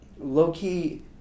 low-key